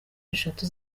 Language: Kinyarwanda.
eshatu